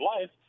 life